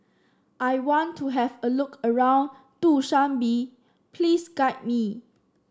I want to have a look around Dushanbe please guide me